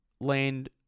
land